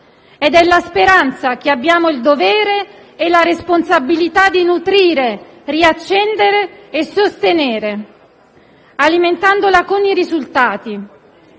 Ed è la speranza che abbiamo il dovere e la responsabilità di nutrire, riaccendere e sostenere, alimentandola con i risultati.